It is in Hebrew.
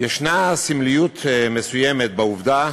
יש סמליות מסוימת בעובדה